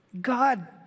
God